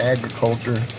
Agriculture